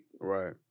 Right